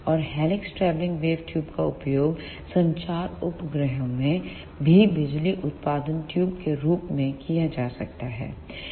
और helix travelling wave tube का उपयोग संचार उपग्रहों में भी बिजली उत्पादन ट्यूब के रूप में किया जा सकता है